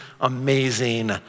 amazing